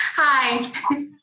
Hi